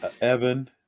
evan